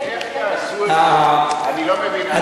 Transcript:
איך שעשו את זה, אני לא מבין.